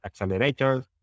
accelerators